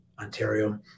Ontario